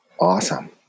Awesome